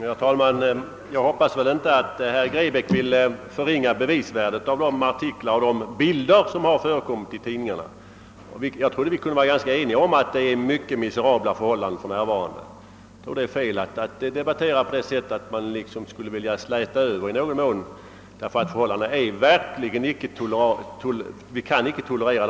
Herr talman! Jag hoppas att herr Grebäck inte vill förringa bevisvärdet av de artiklar och av de bilder som förekommit i tidningarna. Jag trodde att vi kunde vara eniga om att förhållandena för närvarande är miserabla. Det är felaktigt att släta över de nuvarande förhållandena, ty de är verkligen sådana att de inte kan tolereras.